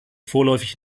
vorläufig